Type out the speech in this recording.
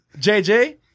JJ